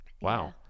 wow